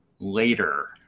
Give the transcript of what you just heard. Later